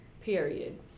Period